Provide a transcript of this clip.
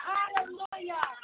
Hallelujah